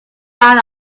out